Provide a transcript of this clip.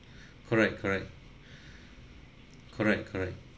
correct correct correct correct